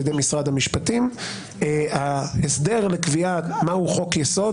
ידי משרד המשפטים ההסדר לקביעת מהו חוק יסוד,